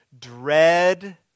dread